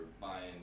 buying